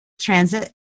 transit